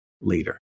Later